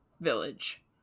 village